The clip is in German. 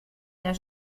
der